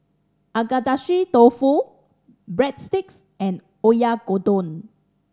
Agedashi Dofu Breadsticks and Oyakodon